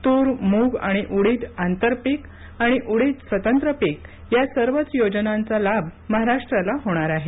तूर मूग आणि उडीद आंतरपीक आणि उडीद स्वतंत्र पीक या सर्वच योजनांचा लाभ महाराष्ट्राला होणार आहे